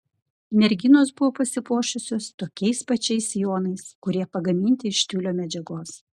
merginos buvo pasipuošusios tokiais pačiais sijonais kurie pagaminti iš tiulio medžiagos